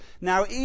Now